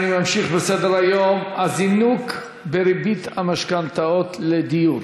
אני ממשיך בסדר-היום: הזינוק בריבית המשכנתאות לדיור,